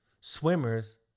swimmers